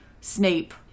snape